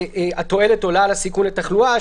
שהתועלת עולה על הסיכון לתחלואה,